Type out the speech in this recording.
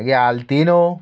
मागी आल्तीनो